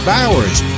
Bowers